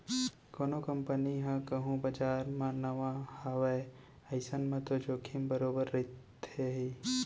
कोनो कंपनी ह कहूँ बजार म नवा हावय अइसन म तो जोखिम बरोबर रहिथे ही